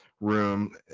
room